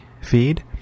feed